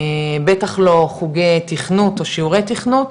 בטח לא חוגי תכנות או שיעורי תכנות,